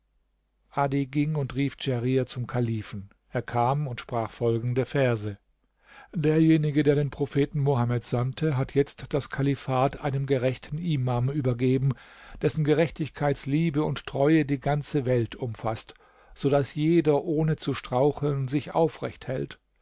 adi ging und rief djerir zum kalifen er kam und sprach folgende verse derjenige der den propheten mohammed sandte hat jetzt das kalifat einem gerechten imam übergeben dessen gerechtigkeitsliebe und treue die ganze welt umfaßt so daß jeder ohne zu straucheln sich aufrecht hält